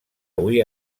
avui